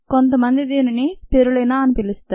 కొంతమంది దీనిని స్పిరులినా అని పిలుస్తారు